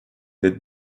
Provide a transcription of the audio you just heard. did